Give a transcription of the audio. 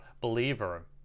believer